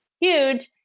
huge